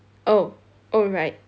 oh oh right